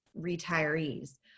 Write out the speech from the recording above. retirees